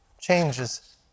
changes